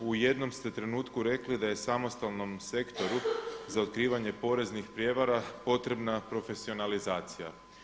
U jednom ste trenutku rekli da je samostalnom Sektoru za otkrivanje poreznih prijevara potrebna profesionalizacija.